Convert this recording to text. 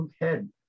head